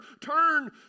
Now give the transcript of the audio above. Turn